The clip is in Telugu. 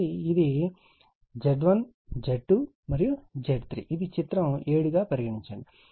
కాబట్టి ఇది Z1 Z2 మరియు Z3 ఇది చిత్రం 7 గా పరిగణించండి